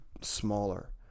smaller